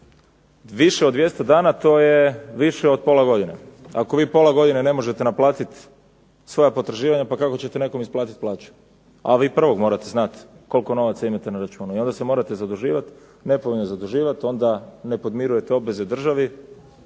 Više od 200 dana to je više od pola godine. Ako vi pola godine ne možete naplatiti svoja potraživanja pa kako ćete nekom isplatiti plaću, a vi prvog morate znati koliko novaca imate na računu. I onda se morate zaduživati, nepovoljno zaduživati, onda ne podmirujete obveze državi,